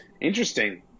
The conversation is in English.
Interesting